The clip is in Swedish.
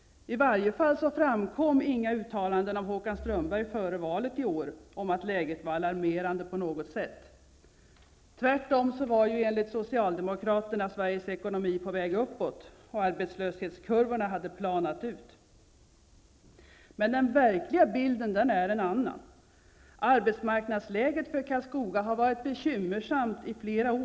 I varje fall kom inga uttalanden av Håkan Strömberg före valet i år om att läget var alarmerande på något sätt. Tvärtom var enligt socialdemokraterna Sveriges ekonomi på väg uppåt; arbetslöshetskurvorna hade planat ut. Men den verkliga bilden är en annan. Arbetsmarknadsläget för Karlskoga har varit bekymmersamt i flera år.